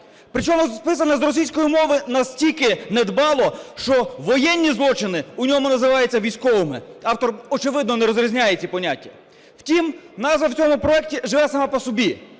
Причому списана з російської мови настільки недбало, що воєнні злочини в ньому називаються військовими. Автор, очевидно, не розрізняє ці поняття. Втім, назва в цьому проекті живе сама по собі,